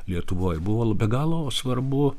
lietuvoj buvo be galo svarbu